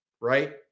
right